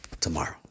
tomorrow